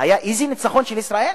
היה איזה ניצחון של ישראל?